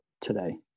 today